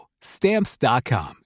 Stamps.com